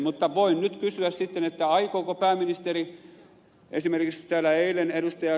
mutta voin nyt kysyä sitten aikooko pääministeri esimerkiksi täällä eilen ed